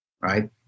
Right